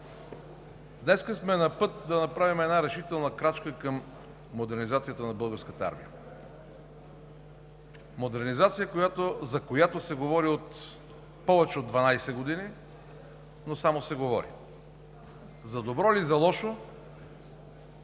Днес сме на път да направим решителна крачка към модернизацията на Българската армия. Модернизация, за която се говори повече от 12 години, но само се говори. За добро или за лошо